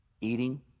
eating